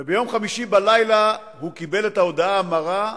וביום חמישי בלילה הוא קיבל את ההודעה המרה: